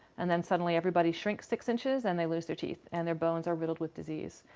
and then suddenly everybody shrinks six inches, and they lose their teeth, and their bones are riddled with disease.